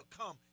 come